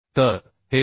तर हे 268